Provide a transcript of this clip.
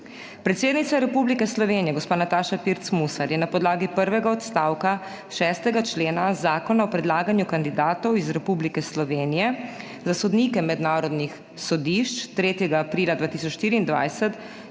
Predsednica Republike Slovenije, gospa Nataša Pirc Musar, je na podlagi prvega odstavka 6. člena Zakona o predlaganju kandidatov iz Republike Slovenije za sodnike mednarodnih sodišč 3. aprila 2024